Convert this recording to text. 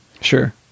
Sure